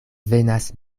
venas